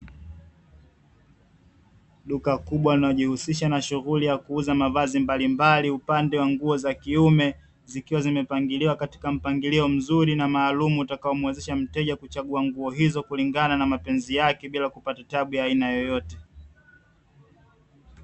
Duka kubwa linalojihusisha na shughuli ya kuuza mavazi mbalimbali upande wa nguo za kiume, zikiwa zimepangiliwa katika mpangilio mzuri na maalumu utakao muwezesha mteja kuchagua nguo hizo kulingana na mapenzi yake bila kuapata tabu ya aina yoyote.